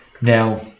now